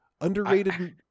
Underrated